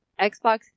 Xbox